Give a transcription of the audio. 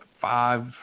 five